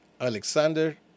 Alexander